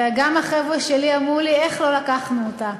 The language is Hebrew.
וגם החבר'ה שלי אמרו לי: איך לא לקחנו אותה?